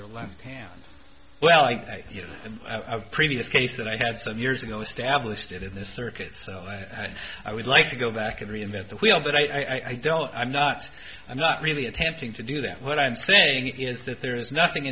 hand well i you know the previous case that i had some years ago established it in this circuit so i would like to go back and reinvent the wheel but i don't i'm not i'm not really attempting to do that what i'm saying is that there is nothing